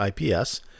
IPS